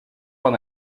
van